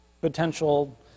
potential